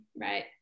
right